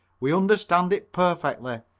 we understand it perfectly.